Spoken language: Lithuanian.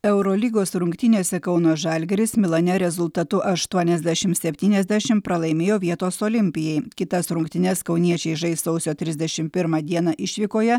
eurolygos rungtynėse kauno žalgiris milane rezultatu aštuoniasdešim septyniasdešim pralaimėjo vietos olimpijai kitas rungtynes kauniečiai žais sausio trisdešim pirmą dieną išvykoje